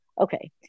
okay